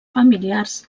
familiars